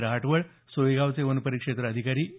रहाटवळ सोयगावचे वनपरिक्षेत्र अधिकारी ए